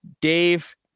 Dave